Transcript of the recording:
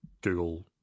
Google